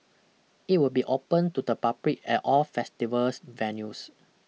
it will be open to the public at all festivals venues